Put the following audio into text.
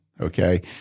okay